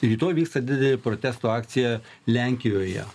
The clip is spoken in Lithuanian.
rytoj vyksta didelė protesto akcija lenkijoje